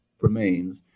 remains